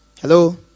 Hello